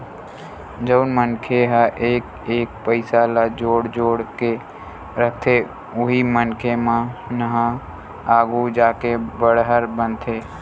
जउन मनखे ह एक एक पइसा ल जोड़ जोड़ के रखथे उही मनखे मन ह आघु जाके बड़हर बनथे